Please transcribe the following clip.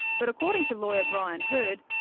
but according to lawyer brian herd,